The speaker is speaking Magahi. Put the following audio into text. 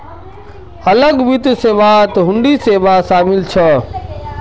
अलग वित्त सेवात हुंडी सेवा शामिल छ